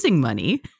money